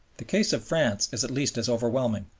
the case of france is at least as overwhelming.